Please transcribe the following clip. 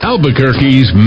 Albuquerque's